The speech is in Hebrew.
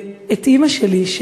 את אימא שלי,